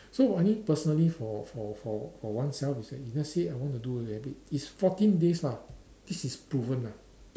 so I think personally for for for for oneself is if let's say I want to do it abit it's fourteen days lah this is proven ah